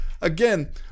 again